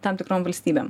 tam tikrom valstybėm